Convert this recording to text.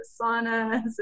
saunas